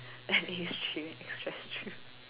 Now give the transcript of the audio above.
N_A stream express stream